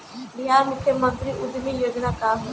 बिहार मुख्यमंत्री उद्यमी योजना का है?